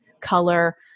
Color